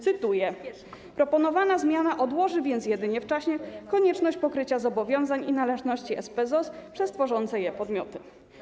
Cytuję: Proponowana zmiana odłoży więc jedynie w czasie konieczność pokrycia zobowiązań i należności SPZOZ przez tworzące je podmioty.